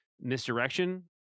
misdirection